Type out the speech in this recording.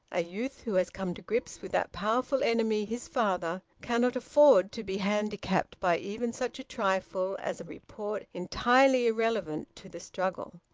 a youth who has come to grips with that powerful enemy, his father, cannot afford to be handicapped by even such a trifle as a report entirely irrelevant to the struggle.